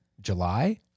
July